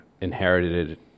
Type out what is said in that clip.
inherited